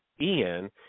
Ian